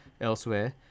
elsewhere